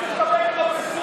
אתה צריך לקבל פרופסורה